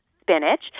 spinach